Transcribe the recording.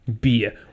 Beer